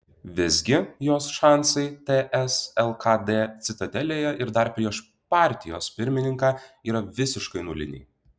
visgi jos šansai ts lkd citadelėje ir dar prieš partijos pirmininką yra visiškai nuliniai